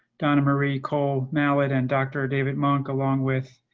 donna marie cold now it and dr. david monk, along with